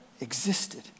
existed